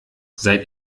seid